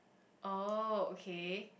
oh okay